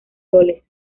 roles